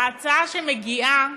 ההצעה שמגיעה